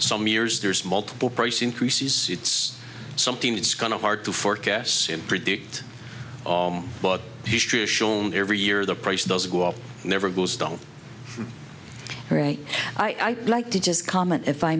some years there's multiple price increases it's something that's kind of hard to forecast and predict but history has shown every year the price does go up never goes down right i like to just comment if i